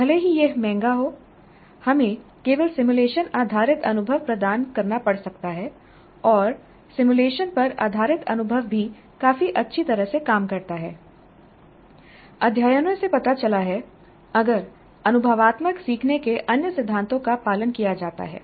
भले ही यह महंगा हो हमें केवल सिमुलेशन आधारित अनुभव प्रदान करना पड़ सकता है और सिमुलेशन पर आधारित अनुभव भी काफी अच्छी तरह से काम करता है अध्ययनों से पता चला है अगर अनुभवात्मक सीखने के अन्य सिद्धांतों का पालन किया जाता है